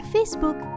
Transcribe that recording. Facebook